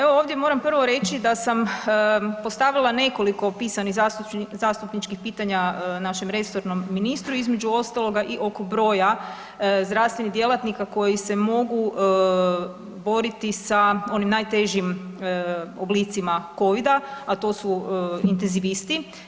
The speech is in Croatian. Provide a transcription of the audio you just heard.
Evo, ovdje moram prvo reći da sam postavila nekoliko pisanih zastupničkih pitanja našem resornom ministru, između ostaloga i oko broja zdravstvenih djelatnika koji se mogu boriti sa onim najtežim oblicima Covida, a to su intenzivisti.